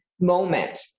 moment